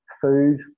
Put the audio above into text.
food